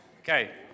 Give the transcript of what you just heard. Okay